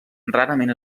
rarament